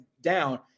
down